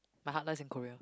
my heart lies in Korea